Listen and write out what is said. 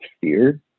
fear